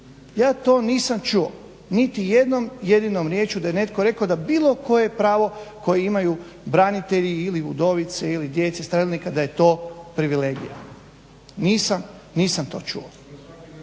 Ja to nisam čuo niti jednom jedinom riječju da je netko rekao da bilo koje pravo koje imaju branitelji ili udovice ili djeca stradalnika da je to privilegije. Nisam to čuo.